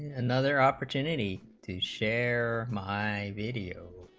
and another opportunity to share my video